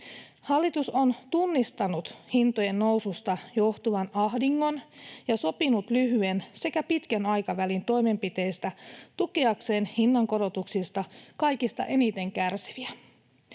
Hallitus on tunnistanut hintojen noususta johtuvan ahdingon ja sopinut lyhyen sekä pitkän aikavälin toimenpiteistä tukeakseen hinnankorotuksista kaikista eniten kärsiviä.